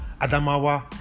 Adamawa